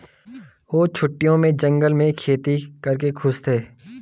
वे छुट्टियों में जंगल में खेती करके खुश थे